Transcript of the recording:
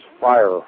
fire